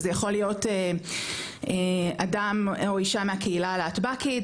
וזה יכול להיות אדם או אישה מהקהילה הלהט"בית,